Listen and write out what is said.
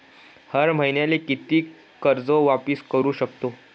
हर मईन्याले कितीक कर्ज वापिस करू सकतो?